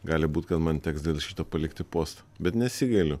gali būt kad man teks dėl šito palikti postą bet nesigailiu